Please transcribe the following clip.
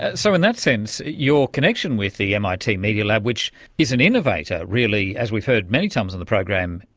so in that sense your connection with the mit media lab, which is an innovator really, as we've heard many times on the program,